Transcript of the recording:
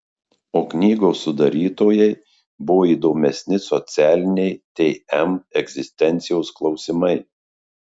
o knygos sudarytojai buvo įdomesni socialiniai tm egzistencijos klausimai